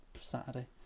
Saturday